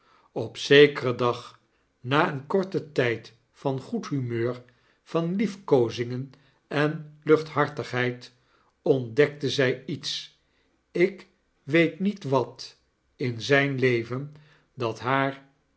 op zekeren dag na een korten ttjd van goed humeur van liefkoozingen en luchthartigheid ontdekte zij iets ik weet niet wat in zyn leven dat haar